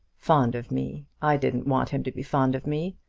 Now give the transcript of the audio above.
fond of me! i didn't want him to be fond of me.